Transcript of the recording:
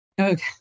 okay